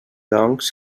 doncs